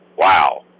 Wow